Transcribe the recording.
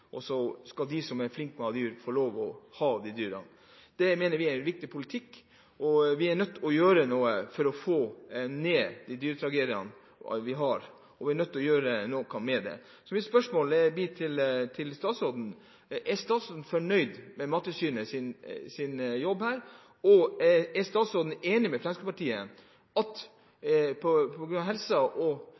og så skal de som er flinke med dyr, få ha de dyrene. Det mener vi er en viktig politikk. Vi er nødt til å gjøre noe for å få ned dyretragediene, så mitt spørsmål til statsråden blir: Er statsråden fornøyd med Mattilsynets jobb her? Og er statsråden enig med Fremskrittspartiet i at på grunn av helsen til dyrene burde man ilegge aktivitetsnekt mye oftere enn man gjør i dag, slik at man kan ta dyrevelferden på alvor? Temaet vi tar opp nå, er veldig viktig, og